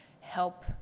help